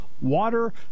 water